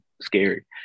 scary